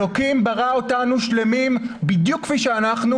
אלוקים ברא אותנו שלמים בדיוק כפי שאנחנו